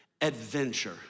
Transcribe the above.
adventure